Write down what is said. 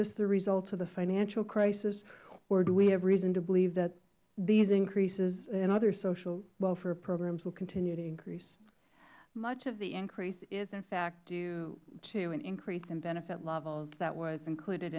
this a result of the financial crisis or do we have reason to believe that these increases in other social welfare programs will continue to increase ms dalton much of the increase is in fact due to an increase in benefit levels that was included